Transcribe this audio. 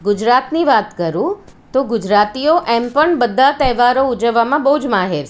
ગુજરાતની વાત કરું તો ગુજરાતીઓ એમ પણ બધા તહેવારો ઉજવવામાં બહુ જ માહિર છે